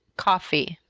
coffee.